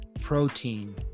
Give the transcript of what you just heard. protein